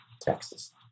Texas